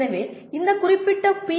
எனவே இந்த குறிப்பிட்ட பி